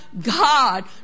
God